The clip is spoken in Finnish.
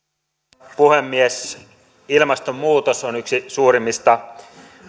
arvoisa puhemies ilmastonmuutos on yksi suurimmista